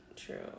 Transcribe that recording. true